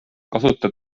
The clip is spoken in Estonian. kasuta